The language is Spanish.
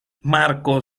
marcó